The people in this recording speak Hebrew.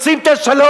כבר רוצים את השלום,